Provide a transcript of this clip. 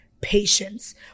patience